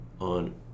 on